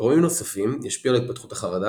גורמים נוספים ישפיעו על התפתחות החרדה,